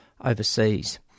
overseas